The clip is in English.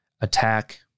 attack